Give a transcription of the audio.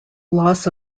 loss